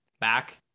back